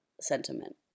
sentiment